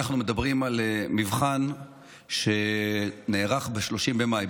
אנחנו מדברים על מבחן בכימיה שנערך ב-30 במאי,